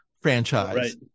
franchise